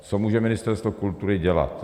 Co může Ministerstvo kultury dělat?